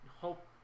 hope